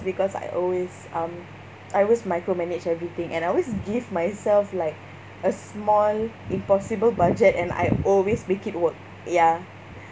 because I always um I always micromanage everything and I always give myself like a small impossible budget and I always make it work ya